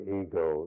ego